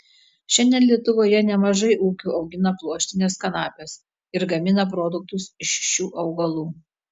šiandien lietuvoje nemažai ūkių augina pluoštines kanapes ir gamina produktus iš šių augalų